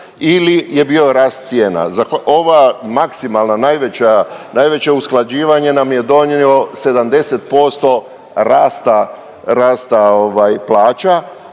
ili je bio rast cijena. Ova maksimalna, najveća, najveće usklađivanje nam je donio 70% rasta, rasta